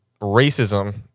racism